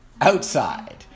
outside